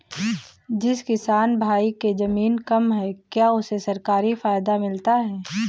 जिस किसान भाई के ज़मीन कम है क्या उसे सरकारी फायदा मिलता है?